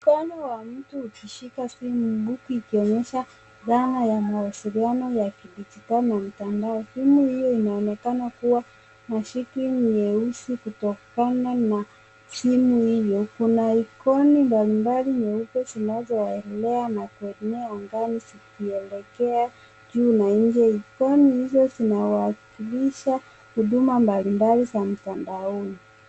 Mkono wa mtu ukishika huku ikionyesha dhana ya mawasiliano ya kidijitali na mtandao. Simu hiyo inaonekana kuwa na shikli nyeusi kutokana na simu hiyo kuna ikoni mbali mbali nyeupe zinazoelea na kuenea angani vikielekea juu na nje. Ikoni hizo zinawakilisha huduma mbali mbali za mtandaoni.